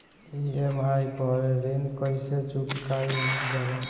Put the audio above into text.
EMI पर ऋण कईसे चुकाईल जाला?